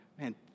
man